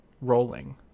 rolling